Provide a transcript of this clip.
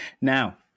Now